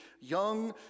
young